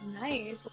Nice